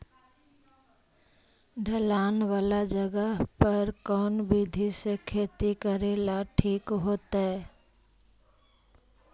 ढलान वाला जगह पर कौन विधी से खेती करेला ठिक होतइ?